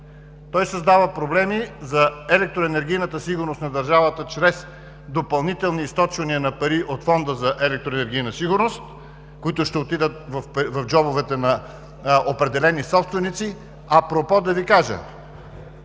Той създава проблеми за електроенергийната сигурност на държавата чрез допълнителни източвания на пари от Фонда за електроенергийна сигурност, които ще отидат в джобовете на определени собственици. Апропо, да Ви кажа: